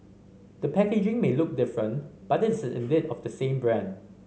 the packaging may look different but it is indeed of the same brand